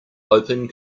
open